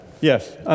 Yes